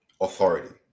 authority